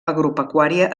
agropecuària